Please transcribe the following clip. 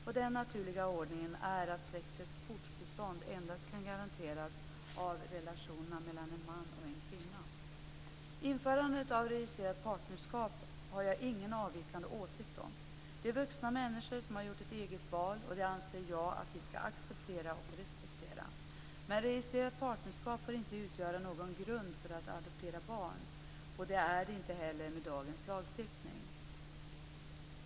Och den naturliga ordningen är att släktets fortbestånd endast kan garanteras av relationerna mellan en man och en kvinna. Införandet av registrerat partnerskap har jag ingen avvikande åsikt om. Det är vuxna människor som har gjort ett eget val, och det anser jag att vi ska acceptera och respektera. Men registrerat partnerskap får inte utgöra någon grund för att adoptera barn, och det är det inte heller med dagens lagstiftning.